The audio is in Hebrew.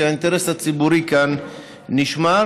כי האינטרס הציבורי כאן נשמר.